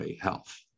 health